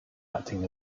acting